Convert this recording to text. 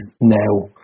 now